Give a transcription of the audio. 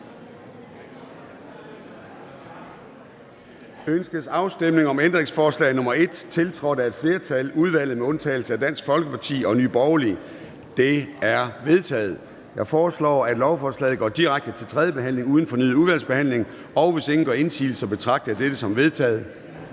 Ønskes afstemning om ændringsforslag nr. 10, tiltrådt af et flertal (udvalget med undtagelse af DF og NB)? Det er vedtaget. Jeg foreslår, at lovforslaget går direkte til tredje behandling uden fornyet udvalgsbehandling. Hvis ingen gør indsigelse, betragter jeg dette som vedtaget.